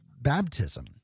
baptism